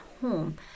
home